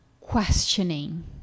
questioning